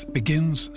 begins